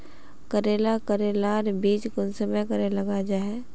करेला करेलार बीज कुंसम करे लगा जाहा?